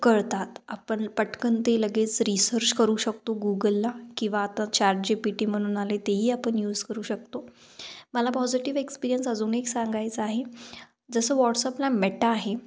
कळतात आपण पटकन ते लगेच रीसर्च करू शकतो गूगलला किंवा आता चॅटजीपीटी म्हणून आलं आहे तेही आपण यूज करू शकतो मला पॉझिटिव एक्सपिरियन्स अजून एक सांगायचा आहे जसं वॉट्सअपला मेटा आहे